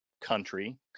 country